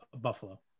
Buffalo